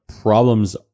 problems